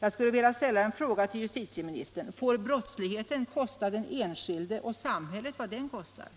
Jag skulle vilja ställa en fråga till justitieministern: Får brottsligheten kosta den enskilde och samhället vad den kostar?